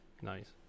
Nice